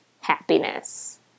happiness